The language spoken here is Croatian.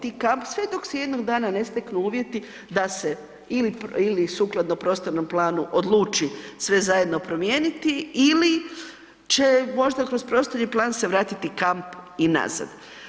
Ti kamp, sve dok se jednog dana ne steknu uvjeti da se ili sukladno prostornom planu odluči sve zajedno promijeniti ili će možda kroz prostorni plan se vratiti kamp i nazad.